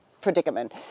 predicament